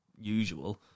usual